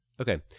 Okay